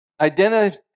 identity